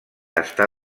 està